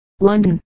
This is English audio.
London